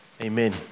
amen